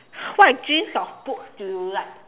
what genes of books do you like